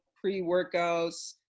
pre-workouts